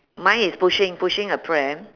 mine is pushing pushing a pram